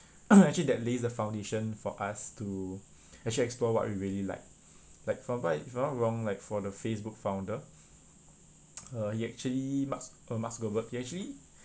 actually that lays the foundation for us to actually explore what we really like like for by if I'm not wrong like for the facebook founder uh he actually marks uh mark zuckerberg he actually